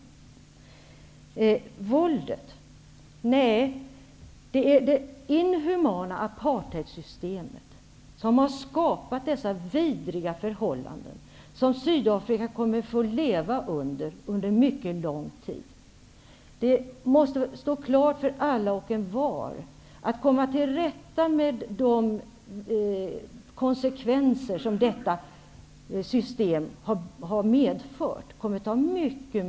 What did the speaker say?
Vad gäller våldet vill jag säga att det är det inhumana apartheidsystemet som har skapat de vidriga förhållanden som Sydafrika kommer att få leva med under mycket lång tid. Det måste stå klart för alla och envar att det kommer att ta mycket lång tid att komma till rätta med de konsekvenser som detta system har medfört.